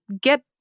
get